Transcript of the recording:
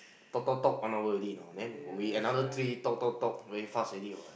talk talk talk one hour already you know then we another talk talk talk very fast already what